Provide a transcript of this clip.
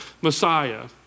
Messiah